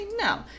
no